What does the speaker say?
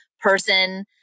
person